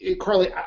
Carly